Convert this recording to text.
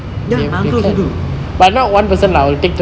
ya my uncle also do